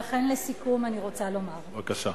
לכן, לסיכום, אני רוצה לומר, בבקשה.